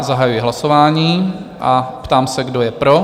Zahajuji hlasování a ptám se, kdo je pro.